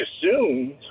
assumed